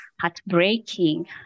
heartbreaking